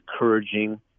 encouraging